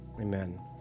Amen